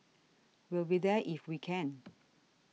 we'll be there if we can